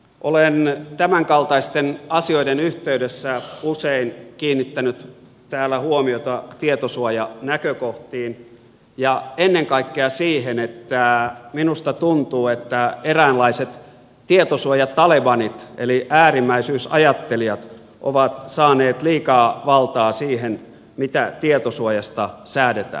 olen tämänkaltaisten asioiden yhteydessä usein kiinnittänyt täällä huomiota tietosuojanäkökohtiin ja ennen kaikkea siihen että minusta tuntuu että eräänlaiset tietosuojatalebanit eli äärimmäisyysajattelijat ovat saaneet liikaa valtaa siihen mitä tietosuojasta säädetään